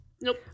Nope